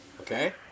Okay